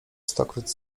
stokroć